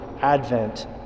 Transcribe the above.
advent